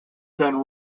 been